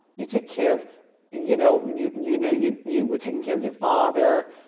you take care of you know, you you know you you were taking care of your father.